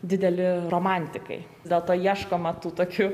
dideli romantikai dėl to ieškoma tų tokių